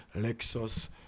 Lexus